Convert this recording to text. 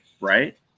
right